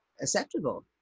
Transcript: acceptable